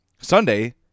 Sunday